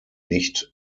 nicht